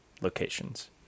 locations